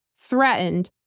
threatened,